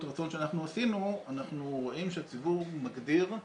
הרצון שאנחנו עשינו אנחנו רואים שהציבור מגדיר את